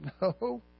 No